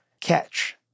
catch